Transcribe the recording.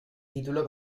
título